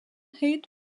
hit